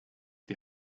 die